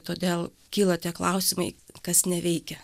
todėl kyla tie klausimai kas neveikia